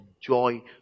joy